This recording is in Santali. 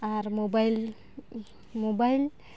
R mobile mobile